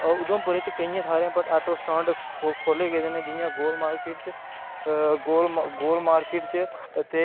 उधमपुर च केइयें थाह्रें पर आटो स्टैंड खोह्ले गेदे न जि'यां गोल मार्किट च गोल मार्किट च ते